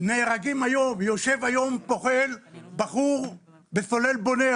יושב היום --- בחור בסולל בונה,